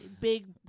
big